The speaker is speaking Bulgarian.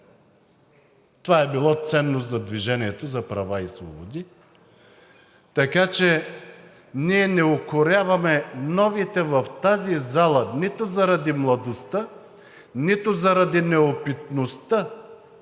Това е било ценност за „Движението за права и свободи“, така че ние не укоряваме новите в тази зала нито заради младостта, нито заради неопитността.